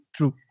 True